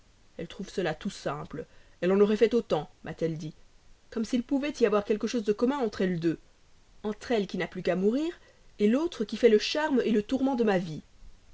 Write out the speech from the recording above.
elle trouva cela tout simple elle en aurait fait autant m'a-t-elle dit comme s'il pouvait y avoir quelque chose de commun entre elles deux entre elle qui n'a plus qu'à mourir l'autre qui fait le charme le tourment de ma vie